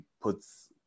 puts